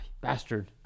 bastard